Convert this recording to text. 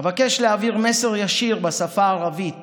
אבקש להעביר מסר ישיר בשפה הערבית